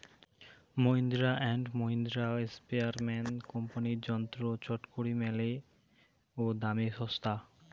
Mahindra and Mahindra, Sprayerman কোম্পানির যন্ত্র চটকরি মেলে ও দামে ছস্তা